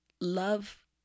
love